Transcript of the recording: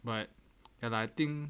but kalau I think